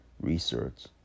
research